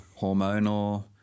hormonal